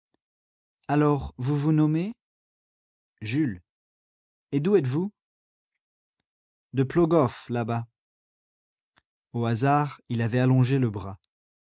alors vous vous nommez jules et d'où êtes-vous de plogof là-bas au hasard il avait allongé le bras